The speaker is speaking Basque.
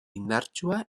indartsua